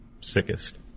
sickest